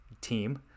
team